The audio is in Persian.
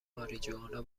ماریجوانا